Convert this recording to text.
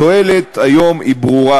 התועלת היום היא ברורה: